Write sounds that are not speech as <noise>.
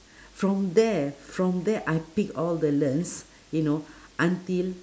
from there from there I pick all the learns you know <breath> until